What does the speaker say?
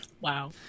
Wow